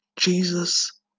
Jesus